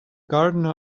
gardener